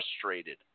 frustrated